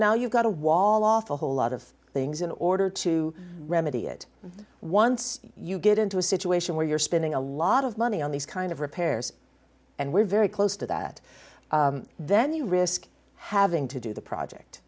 now you've got a wall off a whole lot of things in order to remedy it once you get into a situation where you're spending a lot of money on these kind of repairs and we're very close to that then you risk having to do the project